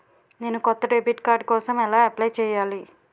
నేను కొత్త debit card కోసం ఎలా అప్లయ్ చేయాలి?